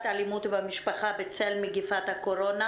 האלימות במשפחה בצל מגיפת הקורונה